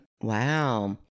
Wow